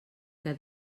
que